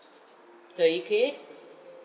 thirty K